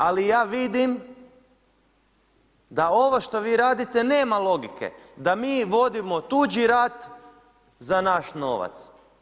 Ali, ja vidim da ovo što vi radite nema logike, da mi vodimo tuđi rat za naš novac.